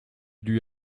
lui